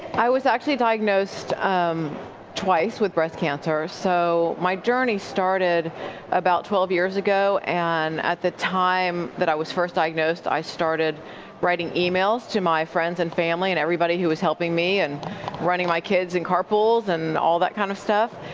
i was actually diagnosed um twice with breast cancer, so my journey started about twelve years ago and at the time that i was first diagnosed, i started writing emails to my friends and family and everybody who was helping me and running my kids in carpools and all that kind of stuff,